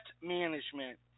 management